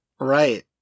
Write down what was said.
Right